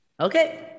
Okay